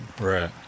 Right